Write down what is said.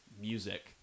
music –